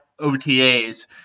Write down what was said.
OTAs